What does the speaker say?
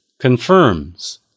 confirms